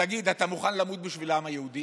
תגיד, אתה מוכן למות בשביל העם היהודי?